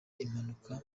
impanuka